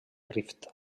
rift